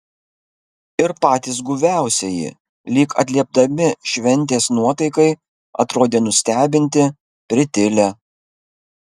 ir patys guviausieji lyg atliepdami šventės nuotaikai atrodė nustebinti pritilę